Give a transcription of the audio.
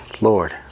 Lord